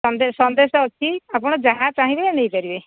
ସନ୍ଦେଶ ଅଛି ଆପଣ ଯାହା ଚାହିଁବେ ନେଇପାରିବେ